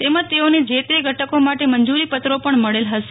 તેમજ તેઓને જે તે ઘટકો માટે મંજુરીપત્રોપણ મળેલ ફશે